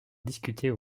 discuter